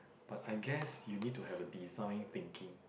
but I guess you need to have a design thinking